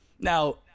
Now